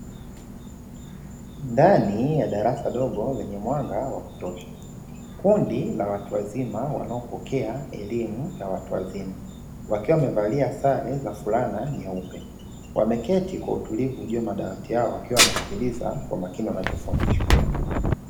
Ndani ya darasa dogo lenye mwanga wa kutosha, kundi la watu wazima wanao pokea elimu ya watu wazima wakiwa wamevalia sare za fulana nyeupe, wameketi kwa utulivu juu ya madawati yao wakiwa wanasikiliza kwa makini wanacho fundishwa